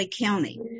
County